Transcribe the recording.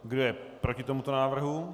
Kdo je proti tomuto návrhu?